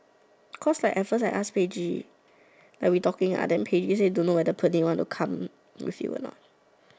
because like at first like I ask Paige like we talking then Paige say don't know whether Pearlyn want to come with you or not